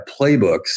playbooks